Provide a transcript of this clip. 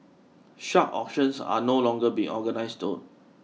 such auctions are no longer being organised though